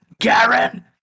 Garen